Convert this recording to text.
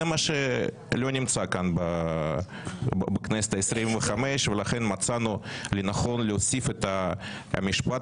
זה מה שלא נמצא כאן בכנסת ה-25 ולכן מצאנו לנכון להוסיף את המשפט